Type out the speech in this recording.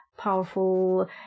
Powerful